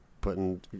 putting